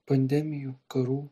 pandemijų karų